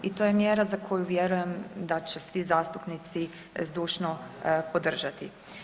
I to je mjera za koju vjerujem da će svi zastupnici zdušno podržati.